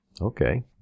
Okay